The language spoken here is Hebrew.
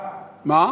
הצבעה.